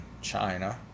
China